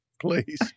please